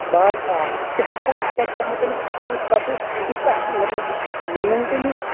باز آکھ ژےٚ ہٮ۪کوے أسۍ پتہٕ ژےٚ مُتعلِق ہٮ۪کَو أسۍ پَتہٕ تِژھ اکھ مطلب مومینٹ نِتھ